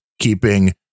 keeping